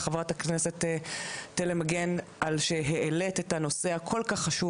חברת הכנסת תלם מגן על שהעלית את הנושא הכול כך חשוב